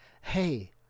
hey